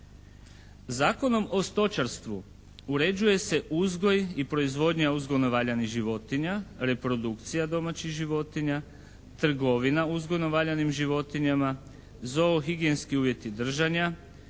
Zakonom o stočarstvu uređuje se uzgoj i proizvodnja uzgojno valjanih životinja, reprodukcija domaćih životinja, trgovina uzgojno valjanim životinjama, zoo higijenski uvjeti držanja,